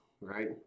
right